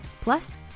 Plus